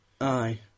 Aye